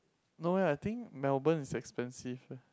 no eh I think Melbourne is expensive eh